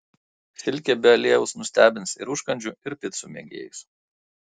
silkė be aliejaus nustebins ir užkandžių ir picų mėgėjus